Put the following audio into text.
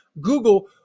Google